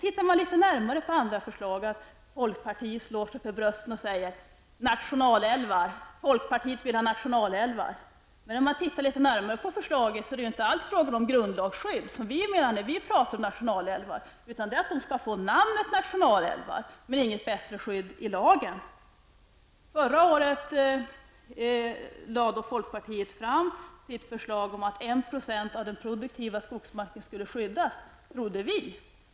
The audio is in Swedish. Även när det gäller andra förslag slår sig folkpartiet för bröstet och säger: Folkpartiet vill ha nationalälvar. Men ser man närmare på förslaget, är det inte alls fråga om grundlagsskydd, som vi menar när vi pratar om nationalälvar, utan älvarna skall få namnet nationalälvar men inget bättre skydd i lagen. Förra året lade folkpartiet fram sitt förslag om att 1 % av den produktiva skogsmarken skulle skyddas -- trodde vi.